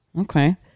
Okay